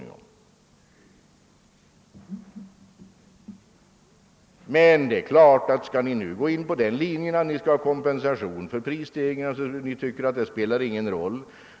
Nu talar man om att löntagarna måste få kompensation för prisstegringar.